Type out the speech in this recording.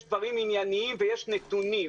יש דברים עניינים ויש נתונים.